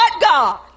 God